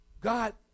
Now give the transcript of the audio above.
God